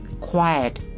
quiet